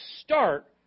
start